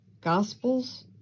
gospels